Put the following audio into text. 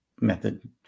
method